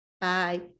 Bye